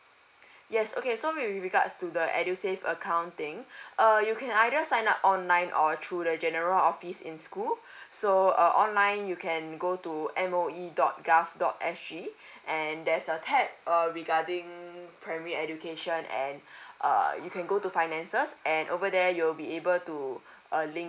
yes okay so with regards to the edusave accounting uh you can either sign up online or through the general office in school so uh online you can go to M_O_E dot GOV dot S_G and there's a tap uh regarding primary education and err you can go to finances and over there you'll be able to uh link